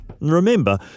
remember